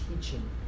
teaching